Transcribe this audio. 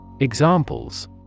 Examples